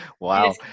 Wow